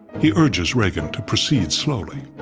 he urges reagan to proceed slowly.